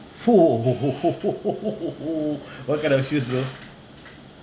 !fuh! what kind of shoes bro